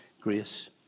grace